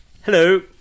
Hello